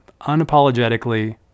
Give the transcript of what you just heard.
unapologetically